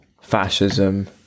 fascism